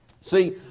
See